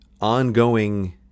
ongoing